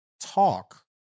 talk